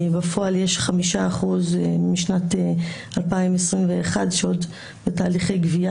בפועל יש 5% משנת 2021 שעוד בתהליכי גבייה,